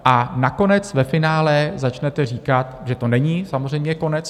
A nakonec ve finále začnete říkat, že to není samozřejmě konec.